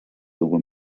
sowohl